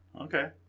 Okay